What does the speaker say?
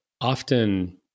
often